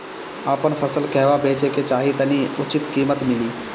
आपन फसल कहवा बेंचे के चाहीं ताकि उचित कीमत मिली?